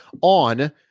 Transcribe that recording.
on